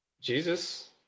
Jesus